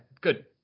good